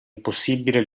impossibile